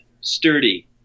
sturdy